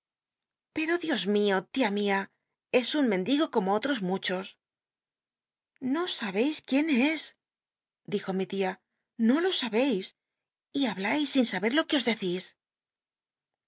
pero dios mio tia mia es un mendigo como ottos muchos no sabeis quién es dijo mi tia no lo sabeis y hablais sin saber lo uc os decís